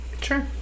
Sure